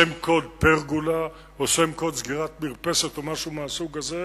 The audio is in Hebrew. שם קוד פרגולה או שם קוד סגירת מרפסת או משהו מהסוג הזה,